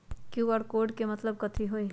QR code के मतलब कथी होई?